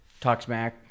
TalkSmack